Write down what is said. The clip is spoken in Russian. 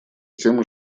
тема